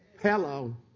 Hello